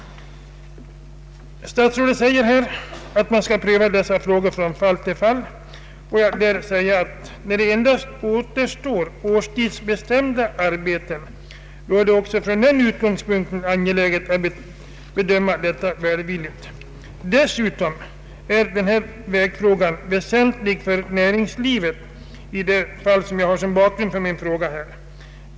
Statsrådet säger att man skall pröva dessa vägfrågor från fall till fall. Får jag då bara säga att när det som i detta fall endast återstår årstidsbestämda arbeten så är det särskilt angeläget att frågan bedöms på ett välvilligt sätt. Det är också med hänsyn till näringslivet i bygden av stor vikt att det fall som jag har som bakgrund för min fråga snabbt löses.